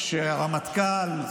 שהרמטכ"ל,